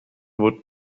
would